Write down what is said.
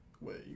wait